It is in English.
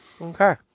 Okay